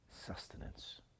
sustenance